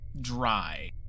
dry